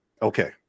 Okay